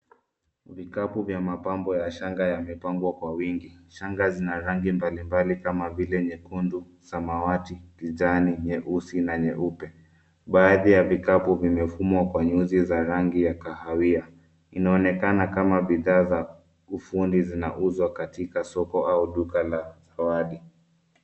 Vikapu vya mapambo ya shanga yamepangwa kwa wingi. Shanga zina rangi mbali mbali kama vile nyekundu, samawati, kijani, nyeusi, na nyeupe. Baadhi ya vikapu vimefumwa kwa nyuzi za rangi ya kahawia. Inaonekana kama bidhaa za ufundi zinauzwa katika soko au duka la sawadi.